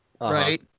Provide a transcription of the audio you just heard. right